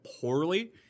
poorly